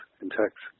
intact